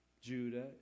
Judah